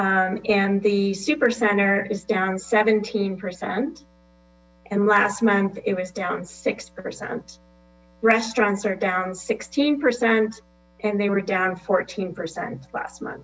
last and the supercenter is down seventeen percent and last month it was down six percent restaurants are down sixteen percent they were down fourteen percent last month